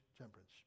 temperance